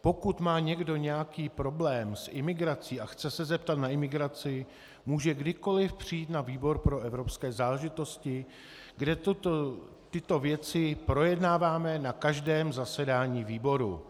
Pokud má někdo nějaký problém s imigrací a chce se zeptat na imigraci, může kdykoliv přijít na výbor pro evropské záležitosti, kde tyto věci projednáváme na každém zasedání výboru.